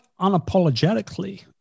unapologetically